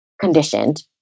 conditioned